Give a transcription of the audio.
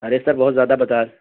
ارے sir بہت زیادہ بتا